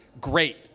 great